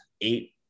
eight